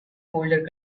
folder